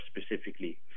specifically